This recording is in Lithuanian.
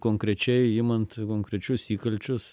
konkrečiai imant konkrečius įkalčius